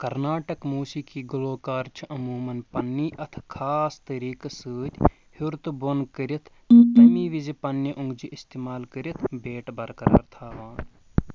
کرناٹک موسیقی گلوٗکار چھِ عموٗمَن پنٕنۍ اَتھٕ خاص طٔریٖقہٕ سۭتۍ ہیوٚر تہٕ بۄن کٔرِتھ تَمی وِزِ پنٕنہِ اۅنٛگجہِ اِستعمال کٔرِتھ بیٹہٕ برقرار تھاوان